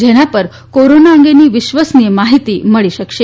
જેના પર કોરોના અંગેની વિશ્વસનીય માહિતી મળી શકશે